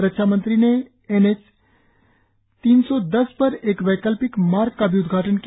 रक्षा मंत्री ने N H तीन सौ दस पर एक वैकल्पिक मार्ग का भी उद्घाटन किया